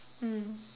mm